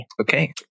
Okay